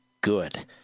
good